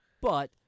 But-